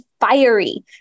fiery